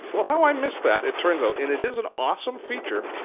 well how i missed that it turns out, and it is an awesome feature,